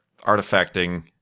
artifacting